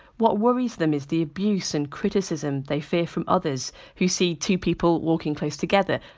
what worries them is the abuse and criticism they fear from others who see two people walking close together,